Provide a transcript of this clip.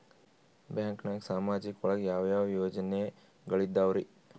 ಬ್ಯಾಂಕ್ನಾಗ ಸಾಮಾಜಿಕ ಒಳಗ ಯಾವ ಯಾವ ಯೋಜನೆಗಳಿದ್ದಾವ್ರಿ?